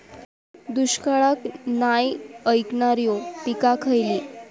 दुष्काळाक नाय ऐकणार्यो पीका खयली?